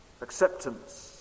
acceptance